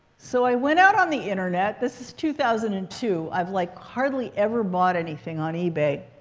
so i went out on the internet. this is two thousand and two, i've like hardly ever bought anything on ebay.